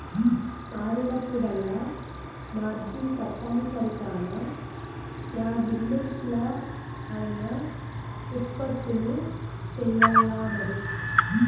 మారినప్పుడల్లా మార్జిన్ తప్పనిసరి కాన, యా బిజినెస్లా అయినా ఉత్పత్తులు సెయ్యాల్లమరి